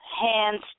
hands